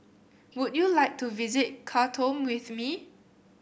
would you like to visit Khartoum with me